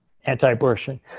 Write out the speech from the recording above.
anti-abortion